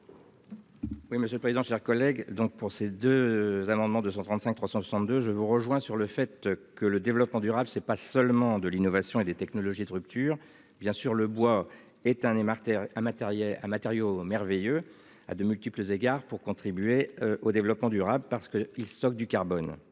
Oui, monsieur le président, chers collègues. Donc pour ces deux amendements de 135 362 je vous rejoins sur le fait que le développement durable c'est pas seulement de l'innovation et des technologies de rupture bien sur le bois est un et Martin. Un matériel un matériau merveilleux à de multiples égards pour contribuer au développement durable parce que ils stockent du carbone.